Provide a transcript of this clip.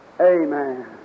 Amen